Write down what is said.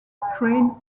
crane